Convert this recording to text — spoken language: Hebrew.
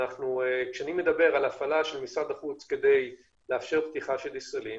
כשאני מדבר על הפעלה של משרד החוץ כדי לאפשר פתיחה לישראלים,